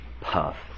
puff